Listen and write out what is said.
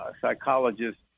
psychologist